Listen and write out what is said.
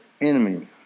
enemy